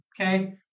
okay